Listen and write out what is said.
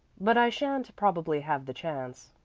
but i shan't probably have the chance,